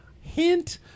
Hint